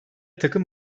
takım